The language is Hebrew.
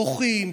בוכים,